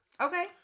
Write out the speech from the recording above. Okay